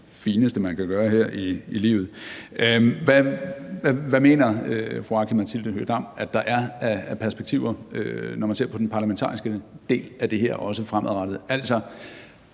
fineste, man kan gøre her i livet. Hvad mener fru Aki-Matilda Høegh-Dam at der af perspektiver, når man ser på den parlamentariske del af det her fremadrettet?